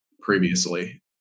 previously